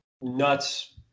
nuts